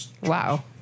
Wow